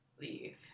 leave